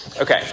Okay